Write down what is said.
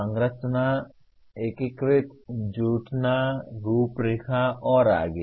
संरचना एकीकृत जुटना रूपरेखा और आगे